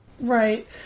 Right